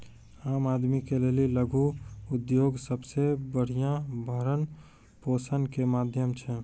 आम आदमी के लेली लघु उद्योग सबसे बढ़िया भरण पोषण के माध्यम छै